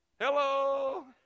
Hello